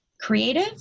creative